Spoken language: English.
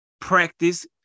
practice